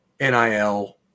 NIL